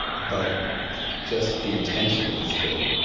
but just the intention is good,